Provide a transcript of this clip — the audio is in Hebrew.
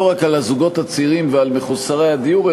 לא רק על הזוגות הצעירים ועל מחוסרי הדיור,